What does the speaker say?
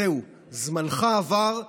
זהו, זמנך עבר.